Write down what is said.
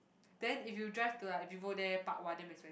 then if you drive to like Vivo there park !wah! damn expensive